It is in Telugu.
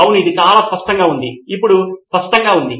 అవును అది చాలా స్పష్టంగా ఉంది ఇప్పుడు స్పష్టంగా ఉంది